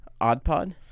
Oddpod